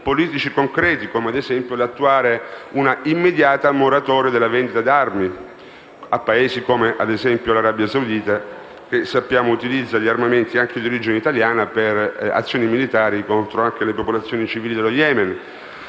politici concreti, come ad esempio l'attuazione di una immediata moratoria della vendita d'armi a Paesi come, ad esempio, l'Arabia Saudita, che sappiamo utilizza armamenti anche di origine italiana per azioni militari contro le popolazioni civili dello Yemen.